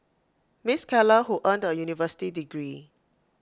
miss Keller who earned A university degree